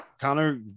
Connor